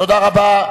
תודה רבה.